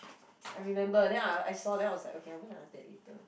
I remember then I I saw then I was like okay I'm gonna ask that later